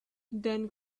then